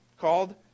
called